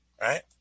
Right